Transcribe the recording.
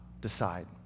decide